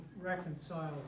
reconcile